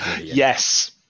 Yes